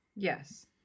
Yes